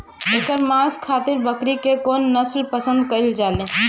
एकर मांस खातिर बकरी के कौन नस्ल पसंद कईल जाले?